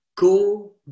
Go